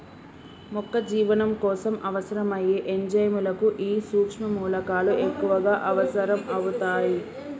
మొక్క జీవనం కోసం అవసరం అయ్యే ఎంజైముల కు ఈ సుక్ష్మ మూలకాలు ఎక్కువగా అవసరం అవుతాయి